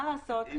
מה לעשות.